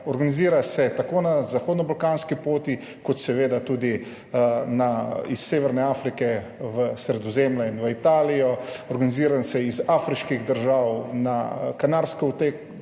Organizira se tako na zahodnobalkanski poti kot seveda tudi iz severne Afrike v Sredozemlje in v Italijo, organizira se iz afriških držav na Kanarske otoke